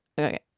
okay